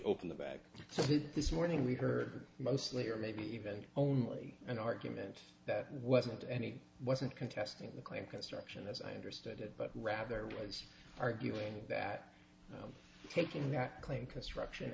open the bag so that this morning we heard mostly or maybe even only an argument that wasn't any wasn't contesting the claim construction as i understood it but rather was arguing that taking that claim construction